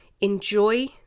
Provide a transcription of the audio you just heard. enjoy